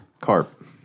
carp